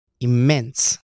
Immense